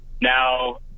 Now